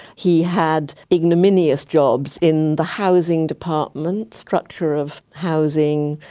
he had ignominious jobs in the housing department, structure of housing,